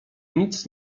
nic